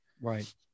Right